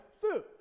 food